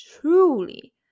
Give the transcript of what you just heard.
truly